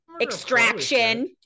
Extraction